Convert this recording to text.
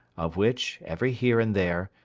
of which, every here and there,